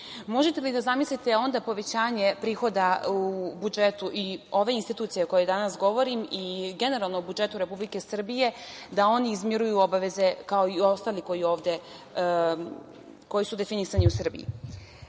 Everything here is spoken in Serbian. Možete li da zamislite onda povećanje prihoda u budžetu i ove institucije o kojoj danas govorimo i generalno u budžetu Republike Srbije da oni izmiruju obaveze kao i ostali koji su definisani u Srbiji,